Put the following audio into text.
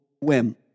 whim